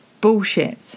bullshit